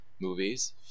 movies